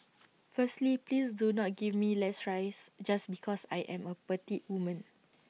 firstly please do not give me less rice just because I am A petite woman